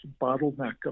bottleneck